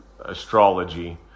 astrology